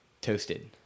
toasted